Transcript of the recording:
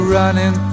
running